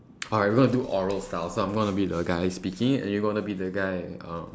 alright we are gonna do oral style so I'm gonna be the guy speaking and you gonna be the guy um